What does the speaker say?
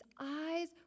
eyes